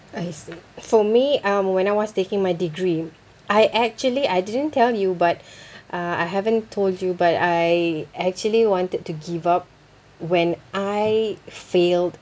I see for me um when I was taking my degree I actually I didn't tell you but uh I haven't told you but I actually wanted to give up when I failed